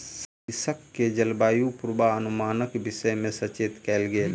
कृषक के जलवायु पूर्वानुमानक विषय में सचेत कयल गेल